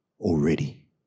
Already